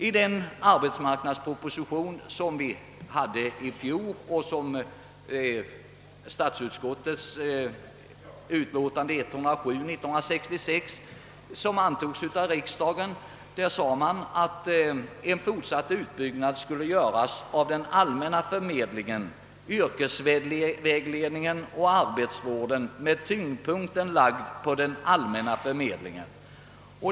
I fjolårets arbetsmarknadsproposition, som behandlades i statsutskottets utlåtande nr 107, framhölls att en fortsatt utbyggnad skulle göras av den allmänna förmedlingen, yrkesvägledningen och arbetsvården med tyngdpunkten lagd på den allmänna förmedlingen.